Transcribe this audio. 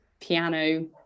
piano